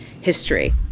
history